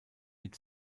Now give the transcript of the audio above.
mit